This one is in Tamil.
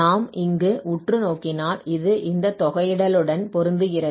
நாம் இங்கு உற்று நோக்கினால் இது இந்த தொகையிடலுடன் பொருந்துகிறது